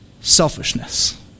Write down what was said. selfishness